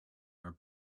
are